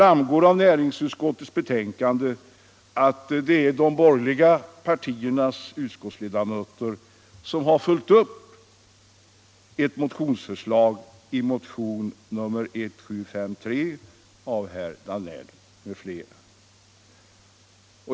Av näringsutskottets betänkande framgår att de borgerliga partiernas utskottsledamöter har följt upp ett förslag i motionen 1753 av herr Danell m.fl.